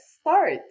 start